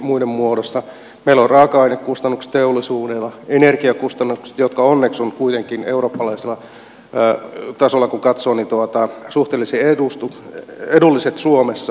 meillä on raaka ainekustannukset teollisuudessa energiakustannukset jotka onneksi ovat kuitenkin eurooppalaisella tasolla kun katsoo suhteellisen edulliset suomessa